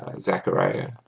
Zechariah